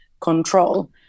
control